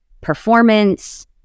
performance